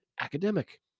academic